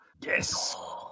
Yes